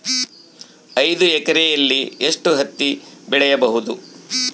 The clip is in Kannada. ಐದು ಎಕರೆಯಲ್ಲಿ ಎಷ್ಟು ಹತ್ತಿ ಬೆಳೆಯಬಹುದು?